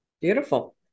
Beautiful